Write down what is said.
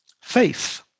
faith